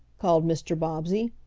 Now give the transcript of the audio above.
called mr. bobbsey.